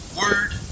word